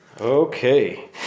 Okay